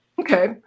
Okay